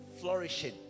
flourishing